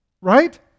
Right